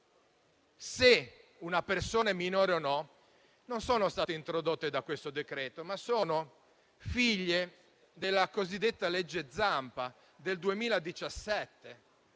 se una persona è minore o meno non sono state introdotte dal presente decreto-legge, ma sono figlie della cosiddetta legge Zampa del 2017.